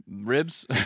ribs